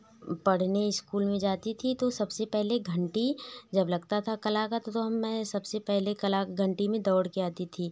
पढ़ने स्कूल में जाती थी तो सबसे पहले घंटी जब लगता था कला का तो तो मैं सबसे पहले कला घंटी में दौड़ कर आती थी